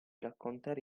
raccontare